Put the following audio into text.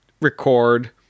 record